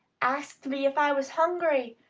axed me if i was ungry,